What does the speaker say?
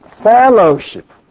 Fellowship